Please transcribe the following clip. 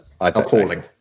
Appalling